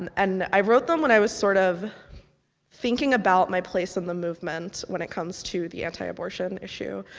and and i wrote them when i was sort of thinking about my place in the movement, when it comes to the anti-abortion issue.